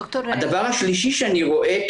הדבר השלישי שאני רואה,